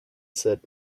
said